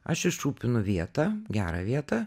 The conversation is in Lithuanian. aš išrūpinu vietą gerą vietą